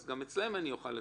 אז גם אצלם אני אוכל לפקח.